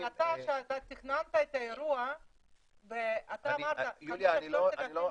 אבל אתה כשאתה תכננת את האירוע ואתה אמרת צריך 3,000 מכונות